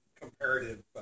comparative